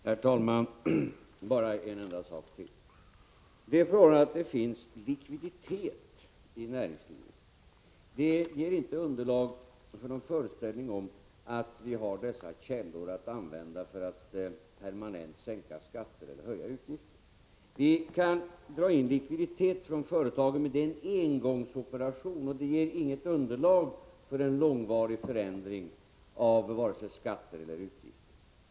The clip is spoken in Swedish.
Herr talman! Det förhållandet att det finns likviditet i näringslivet ger inte underlag för någon föreställning om att vi har dessa källor att använda för att permanent sänka skatter eller höja utgifter. Det kan dra in likviditet från företagen, men det är en engångsoperation, och det ger inget underlag för en långvarig förändring av vare sig skatter eller utgifter.